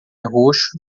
roxo